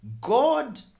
God